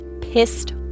pissed